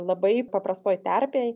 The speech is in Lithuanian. labai paprastoj terpėj